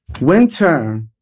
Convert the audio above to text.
Winter